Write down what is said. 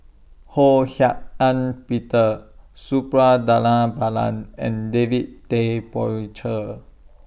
Ho Hak Ean Peter Suppiah Dhanabalan and David Tay Poey Cher